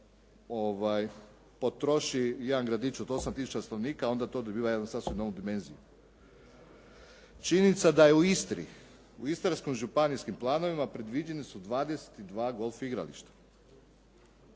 potroši jedan gradić od 8000 stanovnika onda to dobiva jednu sasvim novu dimenziju. Činjenica da je u Istri, u istarskim županijskim planovima predviđena su 22 golf igrališta.